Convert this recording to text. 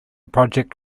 project